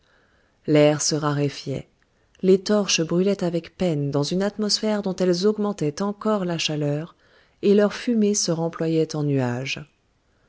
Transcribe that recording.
l'air se raréfiait les torches brûlaient avec peine dans une atmosphère dont elles augmentaient encore la chaleur et leurs fumées se remployaient en nuages